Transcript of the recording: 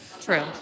True